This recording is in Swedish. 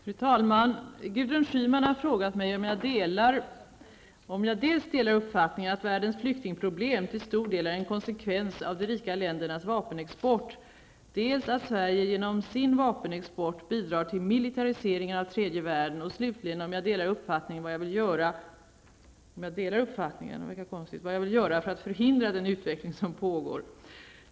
Fru talman! Gudrun Schyman har frågat mig om jag dels delar uppfattningen att världens flyktingproblem till stor del är en konsekvens av de rika ländernas vapenexport, dels anser att Sverige genom sin vapenexport bidrar till militariseringen av tredje världen och slutligen, om jag delar uppfattningen, vad jag vill göra för att förhindra den utveckling som pågår.